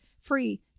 free